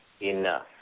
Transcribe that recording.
Enough